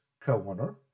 co-owner